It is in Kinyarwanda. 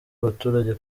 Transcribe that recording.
abaturage